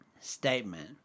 Statement